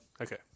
Okay